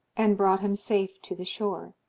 and brought him safe to the shore.